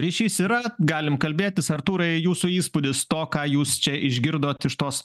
ryšys yra galim kalbėtis artūrai jūsų įspūdis to ką jūs čia išgirdot iš tos